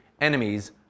enemies